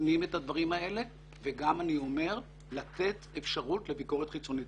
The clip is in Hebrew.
ללמוד את הדברים וגם לתת אפשרות לביקורת חיצונית.